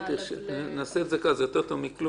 אוקי, נעשה את זה כך, זה יותר טוב מכלום.